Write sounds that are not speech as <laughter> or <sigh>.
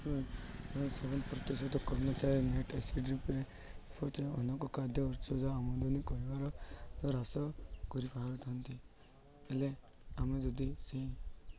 <unintelligible> ପ୍ରତିଶତ <unintelligible> ଆମଦାନୀ କରିବାର ହ୍ରାସ କରିପାରୁଛନ୍ତି ହେଲେ ଆମେ ଯଦି ସେଇ